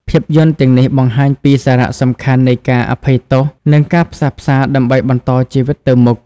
ភាពយន្តទាំងនេះបង្ហាញពីសារៈសំខាន់នៃការអភ័យទោស និងការផ្សះផ្សា ដើម្បីបន្តជីវិតទៅមុខ។